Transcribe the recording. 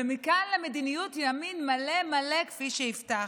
ומכאן למדיניות ימין מלא מלא כפי שהבטחתם.